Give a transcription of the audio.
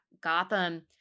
Gotham